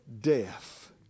Death